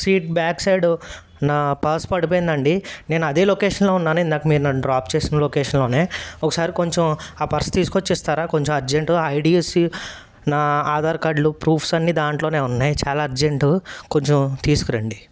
seat back side నా purse పడిపోయిందండి నేను అదే లొకేషన్లో ఉన్నాను ఇందాక మీరు నన్ను డ్రాప్ చేసిన లొకేషన్లోనే ఒకసారి కొంచెం ఆ పర్స్ తీసుకొచ్చి ఇస్తారా కొంచెం అర్జెంటు ఐడీసి నా ఆధార్ కార్డ్లు ప్రూఫ్స్ అన్ని దాంట్లోనే ఉన్నాయి చాలా అర్జెంటు కొంచెం తీసుకురండి